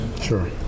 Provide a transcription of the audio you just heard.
Sure